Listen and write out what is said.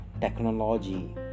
technology